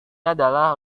adalah